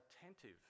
attentive